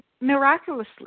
miraculously